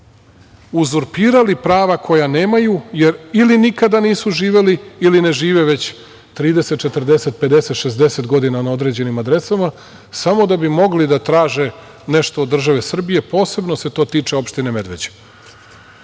uzurpirali prava koja nemaju, jer ili nikada nisu živeli, ili ne žive već 30, 40, 50, 60 godina na određenim adresama, samo da bi mogli da traže nešto od države Srbije, posebno se to tiče opštine Medveđe. Samo